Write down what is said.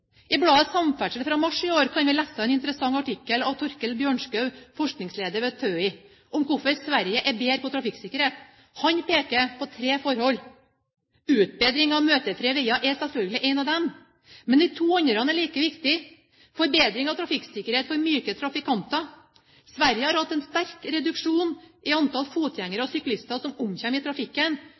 I bladet Samferdsel fra mars i år kan man lese en interessant artikkel av Torkel Bjørnskau, forskningsleder ved TØI, om hvorfor Sverige er bedre på trafikksikkerhet. Han peker på tre forhold. Utbygging av møtefrie veier er selvfølgelig en av dem, men de to andre er like viktige. Det andre går på forbedring av trafikksikkerhet for myke trafikanter. Sverige har hatt en sterk reduksjon i antallet fotgjengere og syklister som omkommer i trafikken.